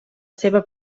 seva